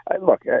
Look